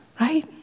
right